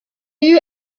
you